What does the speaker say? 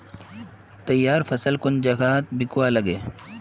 तैयार फसल कुन जगहत बिकवा लगे?